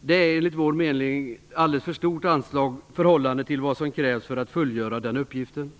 det enligt vår mening fråga om ett alldeles för stort anslag i förhållande till vad som krävs för att fullgöra uppgiften.